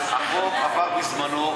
כשעבר בזמנו,